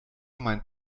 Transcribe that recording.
mein